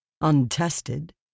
untested